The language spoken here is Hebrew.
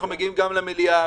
אנחנו מגיעים גם למליאה,